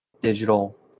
digital